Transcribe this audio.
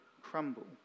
crumble